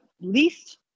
least